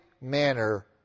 manner